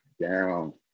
down